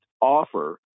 offer